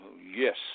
Yes